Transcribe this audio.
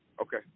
Okay